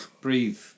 breathe